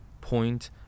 point